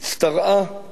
נהייתה מצורעת,